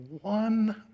one